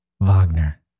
Wagner